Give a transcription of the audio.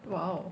!wow!